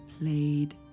played